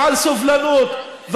ועל סובלנות,